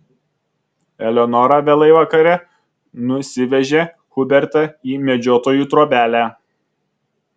eleonora vėlai vakare nusivežė hubertą į medžiotojų trobelę